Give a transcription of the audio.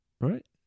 Right